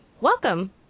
welcome